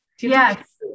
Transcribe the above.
yes